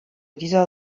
dieser